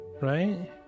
right